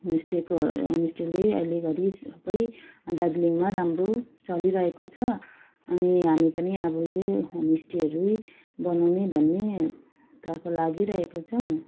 होमस्टेको होमस्टेले अहिलेघरी दार्जिलिङमा राम्रो चलिरहेको छ अब हामी पनि यो होमस्टेहरू बनाउने भन्ने तर्फ लागि रहेको छौँ